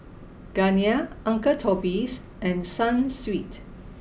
Garnier uncle Toby's and Sunsweet